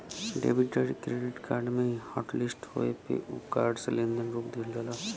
debit या credit card के hotlist होये पे उ कार्ड से लेन देन रोक दिहल जाला